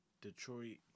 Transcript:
Detroit